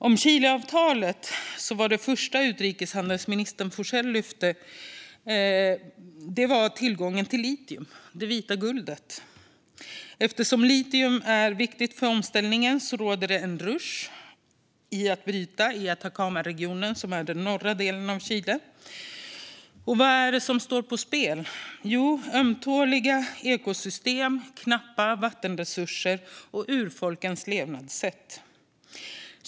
Det första som utrikeshandelsministern Forssell lyfte fram om Chileavtalet var tillgången till litium, det vita guldet. Eftersom litium är viktigt för omställningen råder det en rusch i att bryta i Atacamaregionen i den norra delen av Chile. Vad är det som står på spel? Jo, ömtåliga ekosystem, knappa vattenresurser och urfolkens levnadssätt.